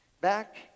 back